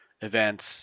events